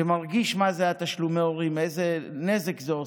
שמרגיש מה זה תשלומי ההורים, איזה נזק זה עושה,